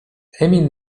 emil